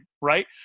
right